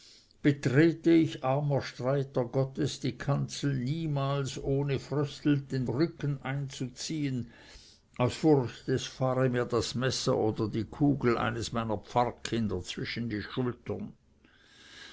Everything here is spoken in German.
betrete ich armer streiter gottes niemals die kanzel ohne fröstelnd den rücken einzuziehen aus furcht es fahre mir das messer oder die kugel eines meiner pfarrkinder zwischen die schultern